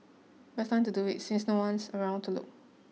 best time to do it since no one's around to look